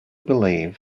believe